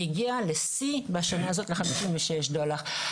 הגיע לשיא בשנה הזו לחמישים ושש דולר.